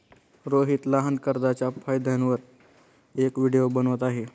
रोहित लहान कर्जच्या फायद्यांवर एक व्हिडिओ बनवत आहे